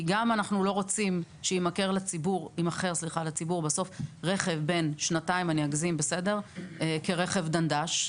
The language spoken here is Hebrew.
אנחנו לא רוצים שיימכר לציבור רכב בן שנתיים כרכב "דנדש",